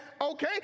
Okay